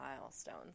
milestones